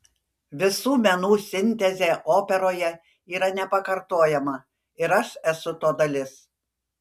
visų menų sintezė operoje yra nepakartojama ir aš esu to dalis